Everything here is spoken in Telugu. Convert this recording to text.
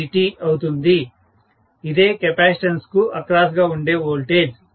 dt అవుతుంది ఇదే కెపాసిటన్స్ కు అక్రాస్ గా ఉండే వోల్టేజ్